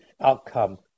outcome